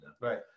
Right